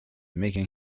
making